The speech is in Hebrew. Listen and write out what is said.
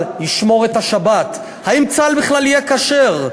צה"ל ישמור את השבת, האם בצה"ל בכלל, יהיה כשר.